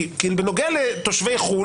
כי בנוגע למחזיקי חשבונות בחו"ל